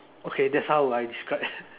okay that's how will I describe